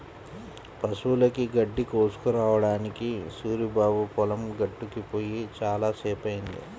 పశువులకి గడ్డి కోసుకురావడానికి సూరిబాబు పొలం గట్టుకి పొయ్యి చాలా సేపయ్యింది